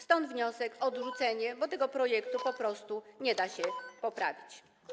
Stąd wniosek o odrzucenie, bo tego projektu po prostu nie da się poprawić.